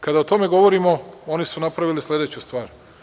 Kada o tome govorimo, oni su napravili sledeću stvar.